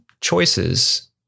choices